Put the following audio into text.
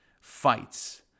fights